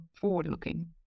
forward-looking